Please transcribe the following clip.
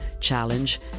challenge